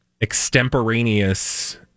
extemporaneous